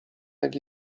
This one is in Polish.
jak